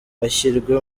hashyirwe